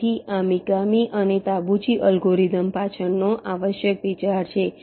તેથી આ મિકામી અને તાબૂચી અલ્ગોરિધમ પાછળનો આવશ્યક વિચાર છે